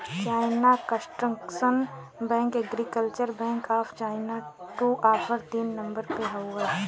China construction bank, agriculture bank of China दू आउर तीन नम्बर पे हउवन